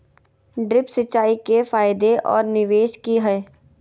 Drip सिंचाई के फायदे और निवेस कि हैय?